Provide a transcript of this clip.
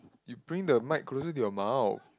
you bring the mic closer to your mouth